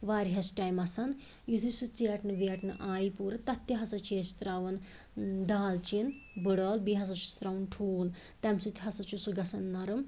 واریاہَس ٹایمَس یُتھُے سُہ ژیٹنہٕ ویٹنہٕ آیہِ پوٗرٕ تتھ تہِ ہَسا چھِ أسۍ ترٛاوان ٲں دالچیٖن بٕڑ ٲلہٕ بیٚیہِ ہَسا چھِس ترٛاوان ٹھوٗل تَمہِ سۭتۍ ہَسا چھُ سُہ گَژھان نرٕم